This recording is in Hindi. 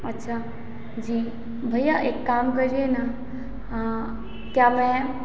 अच्छा जी भैया एक काम करिए न क्या मैं